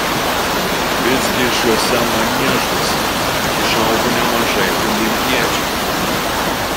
visgi šiuose maniežuose išaugo nemažai olimpiečių